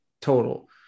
total